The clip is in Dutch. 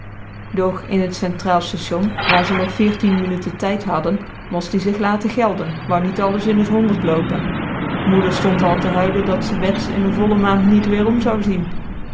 doch in t centraal station waar ze nog veertien minuten tijd hadden most ie zich laten gelden wou niet alles in t honderd loopen moeder stond al te huilen dat ze bets in n volle maand niet werom zou zien